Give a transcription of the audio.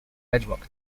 bedrock